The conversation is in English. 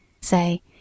Say